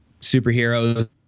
superheroes